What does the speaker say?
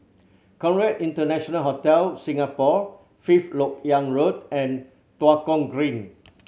Conrad International Hotel Singapore Fifth Lok Yang Road and Tua Kong Green